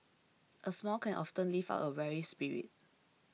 a smile can often lift up a weary spirit